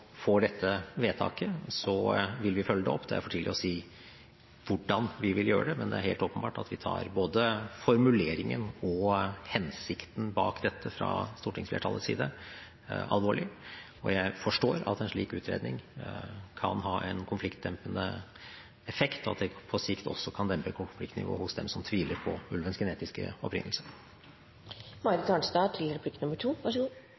dette vedtaket, vil vi følge det opp. Det er for tidlig å si hvordan vi vil gjøre det, men det er helt åpenbart at vi tar både formuleringen og hensikten bak dette fra stortingsflertallets side alvorlig. Jeg forstår at en slik utredning kan ha en konfliktdempende effekt, og at det på sikt også kan dempe konfliktnivået hos dem som tviler på ulvens genetiske opprinnelse. Jeg ber om en liten utdypning, for statsråden sier her at vi har god